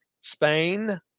Spain